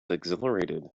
exhilarated